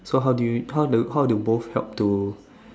so how do you how how do both talk to